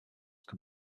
can